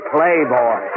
Playboy